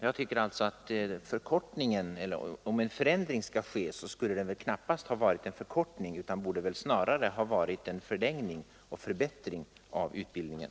Jag tycker alltså att om en förändring skall ske bör det knappast vara en förkortning utan snarare en förlängning och förbättring av utbildningen.